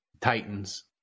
Titans